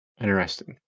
interesting